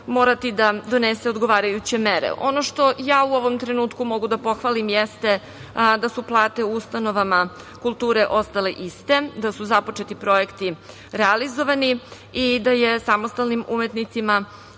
da donese odgovarajuće mere. Ono što ja u ovom trenutku moram da pohvalim jeste da su plate u ustanovama kulture ostale iste, da su započeti projekti realizovani i da je samostalnim umetnicima